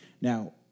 Now